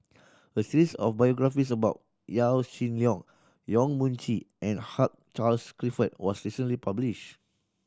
a series of biographies about Yaw Shin Leong Yong Mun Chee and Hugh Charles Clifford was recently published